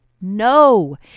No